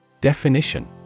Definition